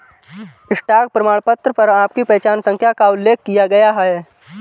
stock प्रमाणपत्र पर आपकी पहचान संख्या का उल्लेख किया गया है